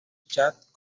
chad